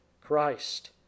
Christ